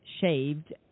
shaved